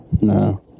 No